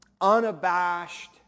unabashed